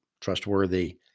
trustworthy